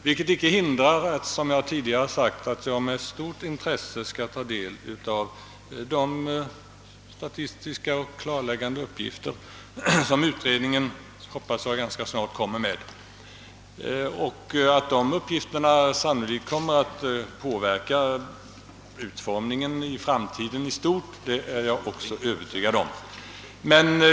Detta hindrar inte att jag, som jag tidigare sagt, med stort intresse skall ta del av de statistiska och klarläggande uppgifter som utredningen, hoppas jag, ganska snart lägger fram. Att de uppgifterna kommer att påverka utformningen i framtiden i stort är jag också övertygad om.